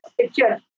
picture